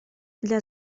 для